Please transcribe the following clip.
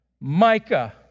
Micah